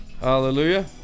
Hallelujah